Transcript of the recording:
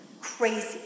Crazy